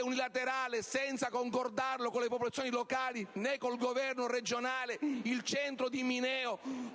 unilaterale, senza concordarlo né con le popolazioni locali né con il governo regionale, il centro di Mineo,